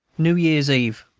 new year's eve.